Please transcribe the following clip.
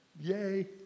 Yay